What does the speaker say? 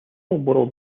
world